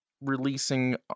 releasing